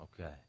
Okay